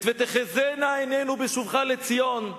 את "ותחזינה עינינו בשובך לציון".